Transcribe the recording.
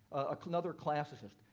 ah another classicist.